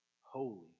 holy